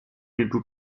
into